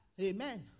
Amen